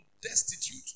destitute